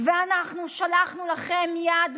ואנחנו שלחנו לכם מייד,